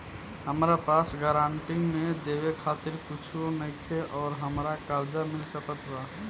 हमरा पास गारंटी मे देवे खातिर कुछूओ नईखे और हमरा कर्जा मिल सकत बा?